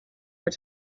were